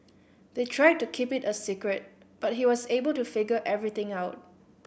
they tried to keep it a secret but he was able to figure everything out